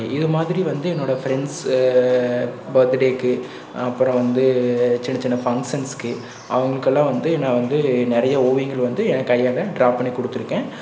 இதுமாதிரி வந்து என்னோட ஃப்ரெண்ட்ஸு பர்த்டேக்கு அப்புறம் வந்து சின்ன சின்ன ஃபங்ஷன்ஸ்க்கு அவங்களுக்கெல்லாம் வந்து நான் வந்து நிறைய ஓவியங்கள் வந்து என் கையால் ட்ராப்பண்ணி கொடுத்துருக்கேன்